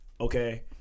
Okay